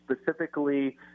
specifically